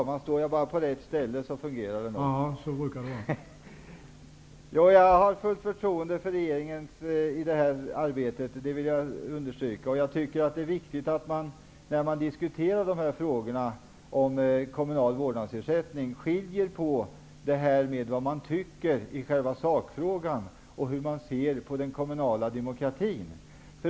Herr talman! Jag har fullt förtroende för regeringen i det här arbetet -- det vill jag understryka. Jag tycker att det är viktigt att man, när man diskuterar frågorna om kommunal vårdnadsersättning, skiljer på vad man tycker i själva sakfrågan och hur man ser på frågan om den kommunala demokratin.